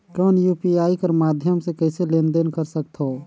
कौन यू.पी.आई कर माध्यम से कइसे लेन देन कर सकथव?